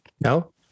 No